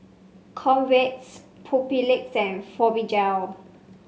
Convatec Papulex and Fibogel